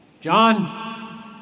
John